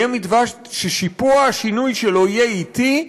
יהיה מתווה ששיפוע השינוי שלו יהיה אטי,